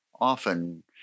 often